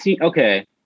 Okay